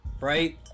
right